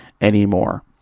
anymore